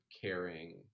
caring